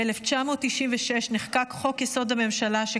ב-1996 נחקק חוק-יסוד: הממשלה,